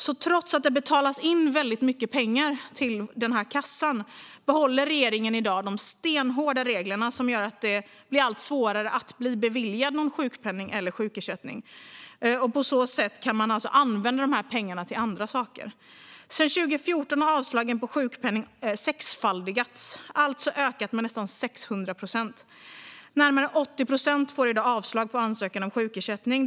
Så trots att det betalas in väldigt mycket pengar till kassan behåller regeringen i dag de stenhårda regler som gör det allt svårare att bli beviljad sjukpenning eller sjukersättning. På så sätt kan man alltså använda dessa pengar till andra saker. Sedan 2014 har avslagen på ansökningar om sjukpenning sexfaldigats, alltså ökat med nästan 600 procent. Närmare 80 procent får i dag avslag på ansökan om sjukersättning.